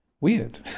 weird